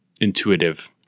intuitive